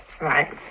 Right